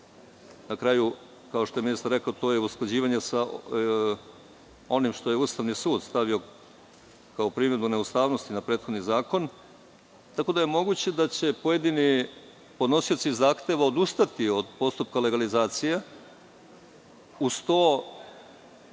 na kraju, kao što je ministar rekao, to je usklađivanje sa onim što je Ustavni sud stavio kao primedbu neustavnosti na prethodni zakon, tako da je moguće da će pojedini podnosioci zahteva odustati od postupka legalizacije. Uz to